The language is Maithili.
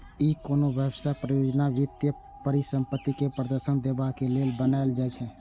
ई कोनो व्यवसाय, परियोजना, वित्तीय परिसंपत्ति के प्रदर्शन देखाबे लेल बनाएल जाइ छै